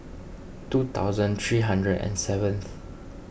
two thousand three hundred and seventh